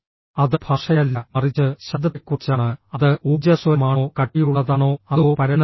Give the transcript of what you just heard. അത് ഭാഷയല്ല മറിച്ച് ശബ്ദത്തെക്കുറിച്ചാണ് അത് ഊർജ്ജസ്വലമാണോ കട്ടിയുള്ളതാണോ അതോ പരന്നതാണോ